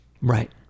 Right